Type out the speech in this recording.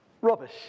Rubbish